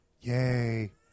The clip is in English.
Yay